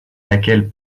laquelle